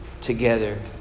together